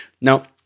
Now